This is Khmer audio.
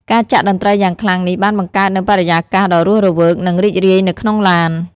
ការចាក់តន្ត្រីយ៉ាងខ្លាំងនេះបានបង្កើតនូវបរិយាកាសដ៏រស់រវើកនិងរីករាយនៅក្នុងឡាន។